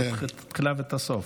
את התחילה ואת הסוף.